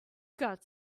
got